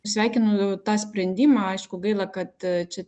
sveikinu tą sprendimą aišku gaila kad čia